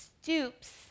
stoops